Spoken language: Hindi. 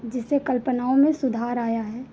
जिससे कल्पनाओं में सुधार आया है